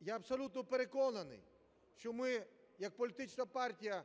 я абсолютно переконаний, що ми як політична партія,